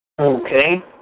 Okay